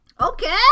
Okay